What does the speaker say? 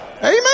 Amen